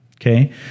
Okay